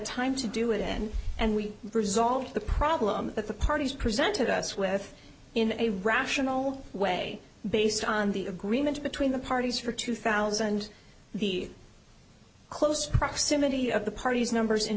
time to do it and and we resolved the problem that the parties presented us with in a rational way based on the agreement between the parties for two thousand the close proximity of the parties numbers in